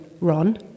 ron